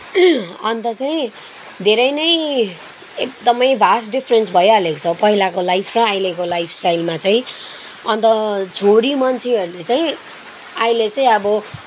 अन्त चैँ धेरै नै एकदमै भास्ट डिफरेन्स भइहालेको छ पहिलाको लाइफ र अहिलेको लाइफ स्टाइलमा चाहिँ अन्त छोरी मान्छेहरूले चाहिँ अहिले चाहिँ अब